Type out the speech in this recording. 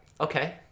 okay